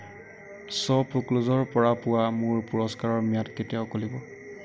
শ্ব'পক্লুজৰ পৰা পোৱা মোৰ পুৰস্কাৰৰ ম্যাদ কেতিয়া উকলিব